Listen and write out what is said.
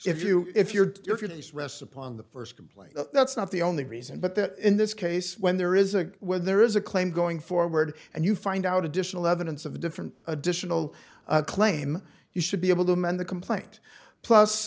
if you if your case rests upon the first complaint that's not the only reason but that in this case when there is a when there is a claim going forward and you find out additional evidence of a different additional claim you should be able to amend the complaint plus